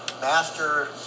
Master